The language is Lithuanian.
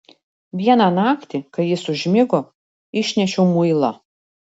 vieną naktį kai jis užmigo išnešiau muilą